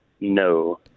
No